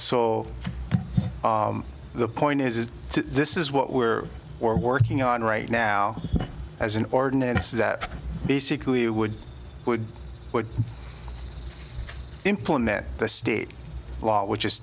so the point is this is what we're working on right now as an ordinance that basically you would would implement the state law which is